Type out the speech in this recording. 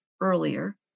earlier